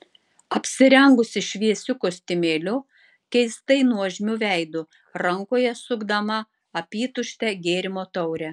apsirengusi šviesiu kostiumėliu keistai nuožmiu veidu rankoje sukdama apytuštę gėrimo taurę